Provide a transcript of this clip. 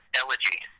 elegy